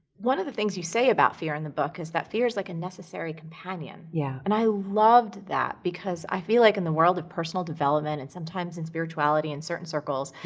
one of the things you say about fear in the book is that fear is like a necessary companion. yeah. and i loved that because i feel like in the world of personal development and sometimes in spirituality in certain circles,